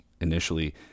initially